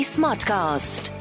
Smartcast